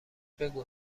بگو